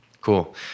Cool